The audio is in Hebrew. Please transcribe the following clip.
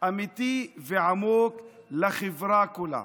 אמיתי ועמוק לחברה כולה.